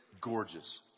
gorgeous